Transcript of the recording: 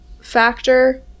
factor